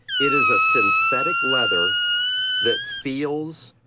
it is a synthetic leather that feels,